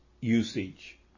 usage